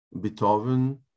Beethoven